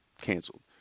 canceled